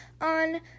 on